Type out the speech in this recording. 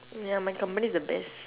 ya my company is the best